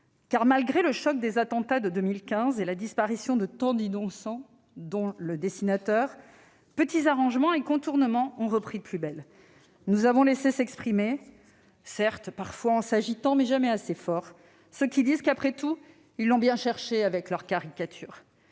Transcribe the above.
Car, malgré le choc des attentats de 2015 et la disparition de tant d'innocents, dont le dessinateur, petits arrangements et contournements ont repris de plus belle. Nous avons laissé s'exprimer, certes parfois en nous agitant mais jamais assez fort, ceux qui disent qu'« après tout ils l'ont bien cherché avec leurs caricatures